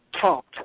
talked